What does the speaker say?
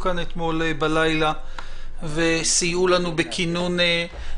כאן אתמול בלילה וסייעו לנו